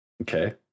Okay